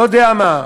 לא יודע מה.